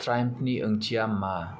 ट्राइयाम्फनि ओंथिया मा